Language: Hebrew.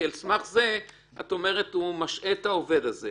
כי על סמך זה את אומרת שהוא משעה את העובד הזה.